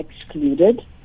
excluded